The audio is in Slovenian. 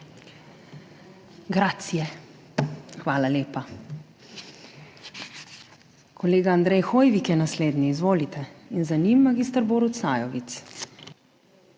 Grazie. Hvala lepa. Kolega Andrej Hoivik je naslednji in za njim mag. Borut Sajovic.